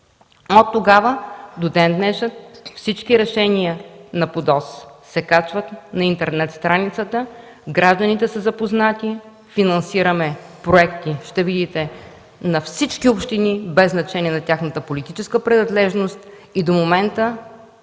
Оттогава до ден-днешен всички решения на ПУДООС се плащат на интернет страницата. Гражданите са запознати. Финансираме проекти – ще видите, на всички общини, без значение на политическата им принадлежност. До момента